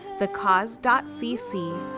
thecause.cc